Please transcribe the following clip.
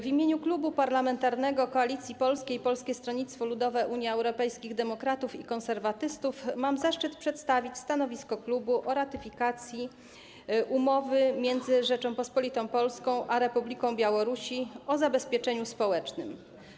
W imieniu Klubu Parlamentarnego Koalicja Polska - Polskie Stronnictwo Ludowe, Unia Europejskich Demokratów, Konserwatyści mam zaszczyt przedstawić stanowisko klubu wobec projektu o ratyfikacji umowy między Rzecząpospolitą Polską a Republiką Białorusi o zabezpieczeniu społecznym.